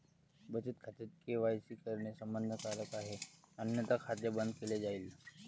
बचत खात्यात के.वाय.सी करणे बंधनकारक आहे अन्यथा खाते बंद केले जाईल